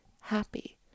happy